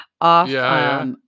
off